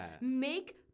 make